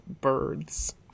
birds